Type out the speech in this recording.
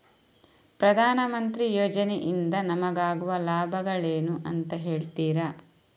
ಪ್ರಧಾನಮಂತ್ರಿ ಯೋಜನೆ ಇಂದ ನಮಗಾಗುವ ಲಾಭಗಳೇನು ಅಂತ ಹೇಳ್ತೀರಾ?